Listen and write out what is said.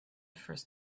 first